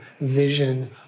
vision